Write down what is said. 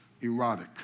erotic